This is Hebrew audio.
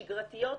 שגרתיות,